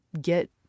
get